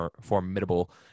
formidable